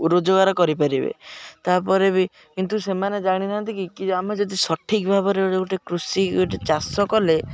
ରୋଜଗାର କରିପାରିବେ ତା'ପରେ ବି କିନ୍ତୁ ସେମାନେ ଜାଣିନାହାନ୍ତି କି କି ଆମେ ଯଦି ସଠିକ ଭାବରେ ଗୋଟେ କୃଷି ଗୋଟେ ଚାଷ କଲେ